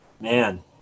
Man